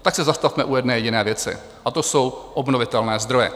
Tak se zastavme u jedné jediné věci a to jsou obnovitelné zdroje.